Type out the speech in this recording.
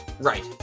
Right